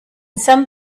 some